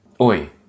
Oi